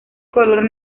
color